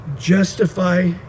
justify